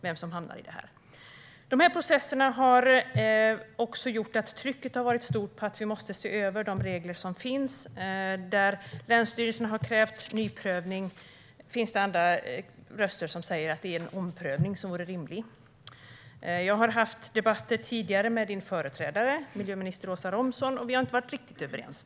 Dessa processer har gjort att trycket har varit stort på att de regler som finns måste ses över. Där länsstyrelsen har krävt ny prövning finns det andra röster som säger att det är en omprövning som vore rimlig. Jag har haft debatter tidigare med din företrädare, miljöminister Åsa Romson, och vi har inte varit riktigt överens.